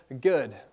good